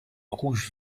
rouge